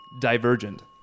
Divergent